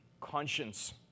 conscience